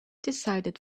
decided